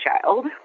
child